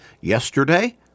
yesterday